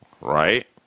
right